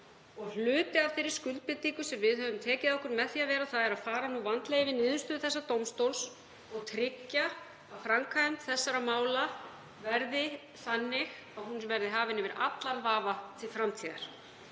og hluti af þeirri skuldbindingu sem við höfum tekið á okkur með því að vera þar er að fara vandlega yfir niðurstöður þessa dómstóls og tryggja að framkvæmd þessara mála verði þannig að hún verði hafin yfir allan vafa til framtíðar.